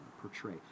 portray